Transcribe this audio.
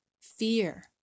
fear